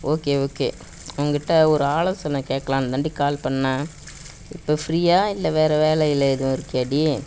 okay okay உன் கிட்டே ஒரு ஆலோசனை கேட்கலான்னு தான்டி கால் பண்ணிணேன் இப்போ ஃப்ரீயா இல்லை வேறு வேலையில் ஏதோ இருக்கீயாடி